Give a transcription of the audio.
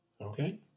okay